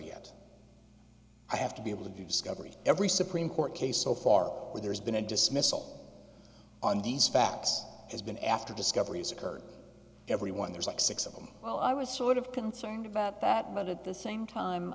yet i have to be able to do discovery every supreme court case so far there's been a dismissal on these facts has been after discoveries occurred everyone there's like six of them well i was sort of concerned about that but at the same time